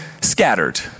scattered